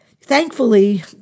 Thankfully